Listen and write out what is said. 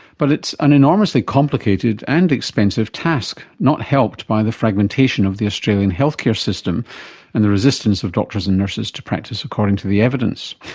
but it's an enormously complicated and expensive task, not helped by the fragmentation of the australian healthcare system and the resistance of doctors and nurses to practice according to the evidence.